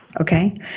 Okay